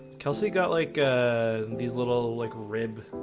kelsey got like ah these little like rib,